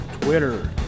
Twitter